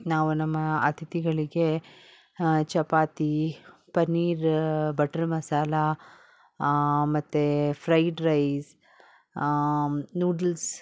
ನಾವು ನಮ್ಮ ಅತಿಥಿಗಳಿಗೆ ಚಪಾತಿ ಪನ್ನೀರ್ ಬಟ್ರ್ ಮಸಾಲ ಮತ್ತು ಫ್ರೈಡ್ ರೈಸ್ ನೂಡಲ್ಸ್